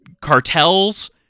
cartels